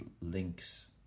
links